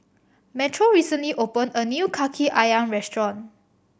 Metro recently opened a new Kaki Ayam restaurant